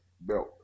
belt